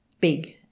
big